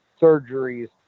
surgeries